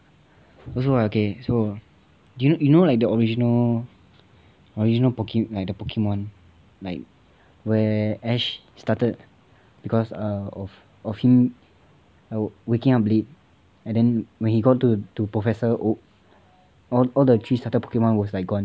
so what okay so you know the original do you you know like the original original poke like the pokemon where ash started because err of him like waking up late and then when he got to to professor oak all the three starter pokemon was like gone